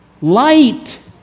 light